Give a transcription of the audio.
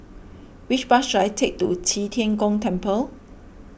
which bus should I take to Qi Tian Gong Temple